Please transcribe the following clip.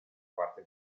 parte